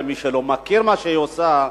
למי שלא מכיר מה שהיא עושה,